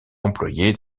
employé